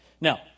Now